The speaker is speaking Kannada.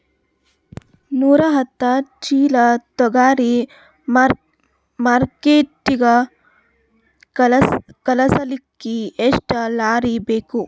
ನೂರಾಹತ್ತ ಚೀಲಾ ತೊಗರಿ ಮಾರ್ಕಿಟಿಗ ಕಳಸಲಿಕ್ಕಿ ಎಷ್ಟ ಲಾರಿ ಬೇಕು?